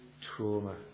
trauma